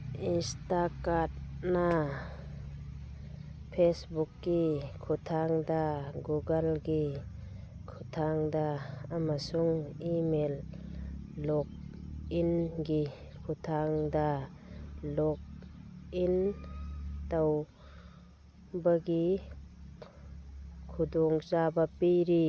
ꯏꯁꯇꯥꯀꯥꯠꯅ ꯐꯦꯁꯕꯨꯛꯀꯤ ꯈꯨꯊꯥꯡꯗ ꯒꯨꯒꯜꯒꯤ ꯈꯨꯊꯥꯡꯗ ꯑꯃꯁꯨꯡ ꯏꯃꯦꯜ ꯂꯣꯛꯏꯟꯒꯤ ꯈꯨꯊꯥꯡꯗ ꯂꯣꯛꯏꯟ ꯇꯧꯕꯒꯤ ꯈꯨꯗꯣꯡꯆꯥꯕ ꯄꯤꯔꯤ